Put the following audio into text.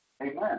Amen